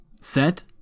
Set